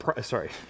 sorry